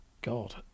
God